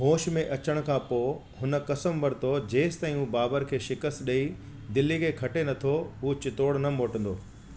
होश में अचण खां पोइ हुन कसम वरतो जेस ताईं उहो बाबर खे शिकस्त ॾेई दिल्ली खे खटे नथो उहो चित्तौड़ न मोटंदो